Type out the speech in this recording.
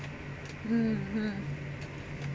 mmhmm